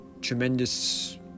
tremendous